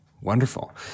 Wonderful